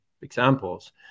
examples